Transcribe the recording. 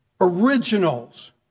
originals